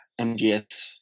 mgs